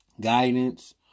guidance